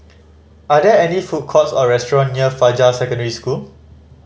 are there any food courts or restaurant near Fajar Secondary School